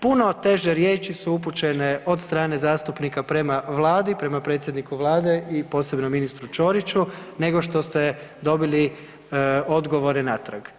Puno teže riječi su upućene od strane zastupnika prema Vladi, prema predsjedniku Vlade i posebno ministru Ćoriću, nego što ste dobili odgovore natrag.